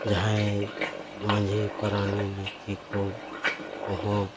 ᱡᱟᱦᱟᱸᱭ ᱢᱟᱹᱡᱷᱤ ᱯᱟᱨᱟᱱᱤᱠ ᱱᱟᱭᱠᱮ ᱠᱚ ᱩᱱᱠᱩ ᱦᱚᱸ